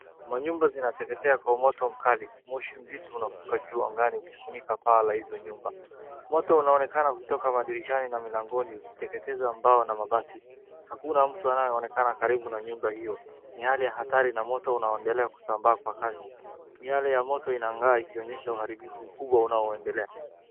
Manyumba zinateketea kwa moto mkali. Moshi mzito unafuka juu angani ukifunika paa la hizo nyumba. Moto unaonekana kutoka madirishani na milangoni ukiteketeza mbao na mabati. Hakuna mtu anayeonekana karibu na nyumba hio. Ni hali ya hatari na moto unaoendelea kusambaa kwa kasi. Miale ya moto inang'aa ikionyesha uharibifu mkubwa unaoendelea,